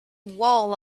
wall